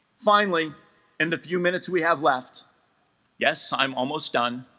finally in the few minutes we have left yes i'm almost done